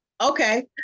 Okay